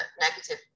negative